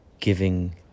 giving